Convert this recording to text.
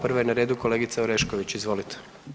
Prva je na redu kolegica Orešković, izvolite.